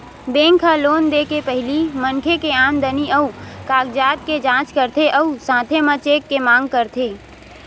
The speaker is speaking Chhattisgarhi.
बेंक ह लोन दे के पहिली मनखे के आमदनी अउ कागजात के जाँच करथे अउ साथे म चेक के मांग करथे